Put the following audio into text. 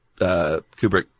Kubrick